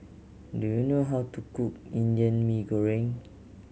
do you know how to cook Indian Mee Goreng